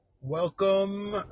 welcome